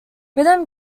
rhythm